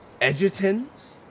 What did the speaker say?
Edgerton's